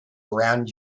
around